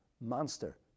monster